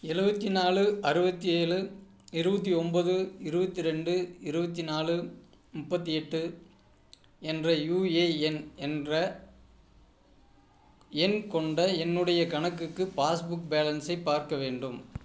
எழுவத்தி நாலு அறுபத்தி எழு இருபத்தி ஒம்பது இருபத்தி ரெண்டு இருபத்தி நாலு முப்பத்து எட்டு என்ற யுஏஎன் என்ற எண் கொண்ட என்னுடைய கணக்குக்கு பாஸ்புக் பேலன்ஸை பார்க்க வேண்டும்